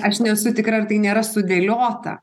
aš nesu tikra ar tai nėra sudėliota